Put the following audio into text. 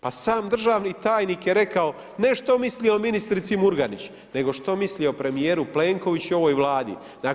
Pa sam državni tajnik je rekao ne što misli o ministrici Murganić, nego što misli o premijeru Plenkoviću i ovoj Vladi.